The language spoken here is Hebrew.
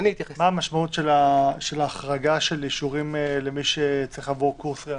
המשמעות של החרגה של אישורים למי שצריך לעבור קורס ריענון?